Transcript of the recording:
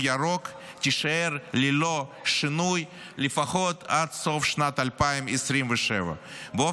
ירוק תישאר ללא שינוי עד סוף שנת 2027 לפחות.